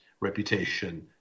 reputation